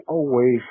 away